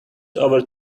over